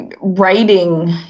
writing